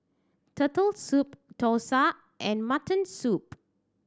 Turtle Soup dosa and mutton soup